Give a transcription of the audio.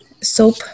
soap